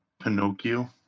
Pinocchio